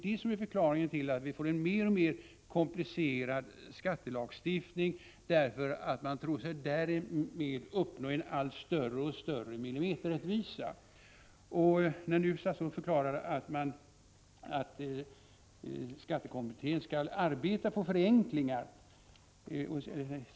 Det gör att vi får en alltmer komplicerad skattelagstiftning — man tror sig därmed uppnå allt större millimeterrättvisa. Statsrådet förklarar nu att skatteförenklingskommittén skall arbeta på förenklingar.